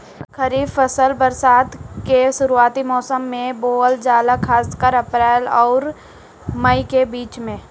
खरीफ फसल बरसात के शुरूआती मौसम में बोवल जाला खासकर अप्रैल आउर मई के बीच में